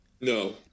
No